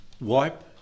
wipe